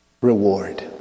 reward